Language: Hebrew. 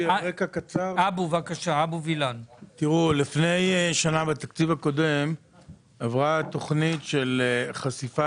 בתקציב הקודם שהיה לפני שנה עברה תכנית החשיפה